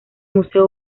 museo